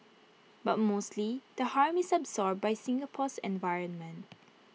but mostly the harm is absorbed by Singapore's environment